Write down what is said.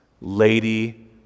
lady